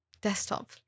desktop